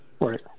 Right